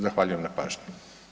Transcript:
Zahvaljujem na pažnji.